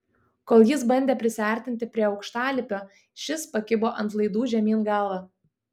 kol jis bandė prisiartinti prie aukštalipio šis pakibo ant laidų žemyn galva